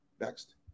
Next